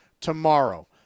tomorrow